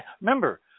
Remember